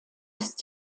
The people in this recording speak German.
ist